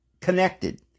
connected